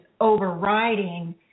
overriding